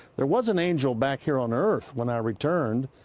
there was an angel back here on earth when i return.